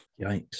Yikes